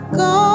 go